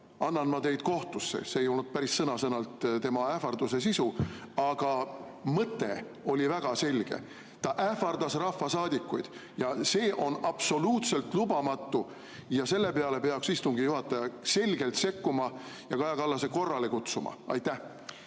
annab ta kohtusse. See ei olnud päris sõna-sõnalt tema ähvarduse sisu, aga mõte oli väga selge. Ta ähvardas rahvasaadikuid ja see on absoluutselt lubamatu. Selle peale peaks istungi juhataja selgelt sekkuma ja Kaja Kallase korrale kutsuma. Aitäh!